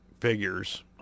figures